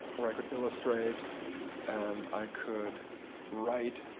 where i could illustrate and i could write,